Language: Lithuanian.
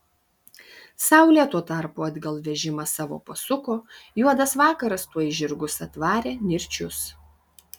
saulė tuo tarpu atgal vežimą savo pasuko juodas vakaras tuoj žirgus atvarė nirčius